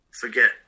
forget